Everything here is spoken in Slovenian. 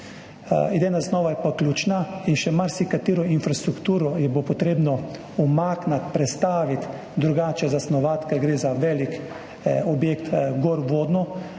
idejna zasnova pa je ključna. In še marsikatero infrastrukturo bo potrebno umakniti, prestaviti, drugače zasnovati, ker gre za velik objekt gorvodno,